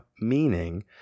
meaning